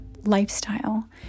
lifestyle